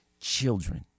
children